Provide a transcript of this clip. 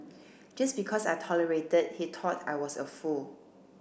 just because I tolerated he thought I was a fool